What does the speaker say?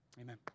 amen